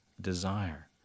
desire